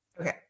Okay